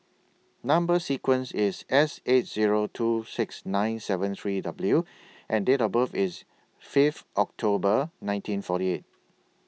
Number sequence IS S eight Zero two six nine seven three W and Date of birth IS Fifth October nineteen forty eight